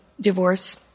divorce